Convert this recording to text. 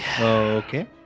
Okay